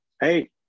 Hey